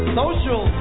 social